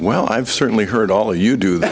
well i've certainly heard all you do that